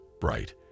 bright